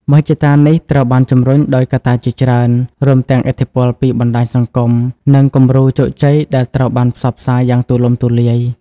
មហិច្ឆតានេះត្រូវបានជំរុញដោយកត្តាជាច្រើន រួមទាំងឥទ្ធិពលពីបណ្តាញសង្គម និងគំរូជោគជ័យដែលត្រូវបានផ្សព្វផ្សាយយ៉ាងទូលំទូលាយ។